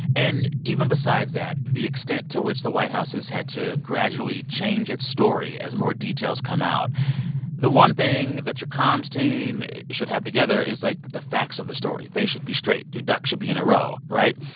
and even besides that, the extent to which the white house has had to gradually change its story as more details come out the one thing that your comms team should have together is, like, the facts of the story. they should be straight. your ducks should be in a row, right?